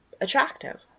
attractive